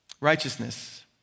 Righteousness